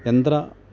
യന്ത്ര